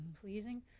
pleasing